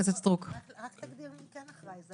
תגדיר מי כן אחראי.